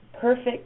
perfect